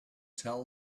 tell